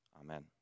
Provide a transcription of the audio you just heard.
Amen